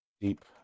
Deep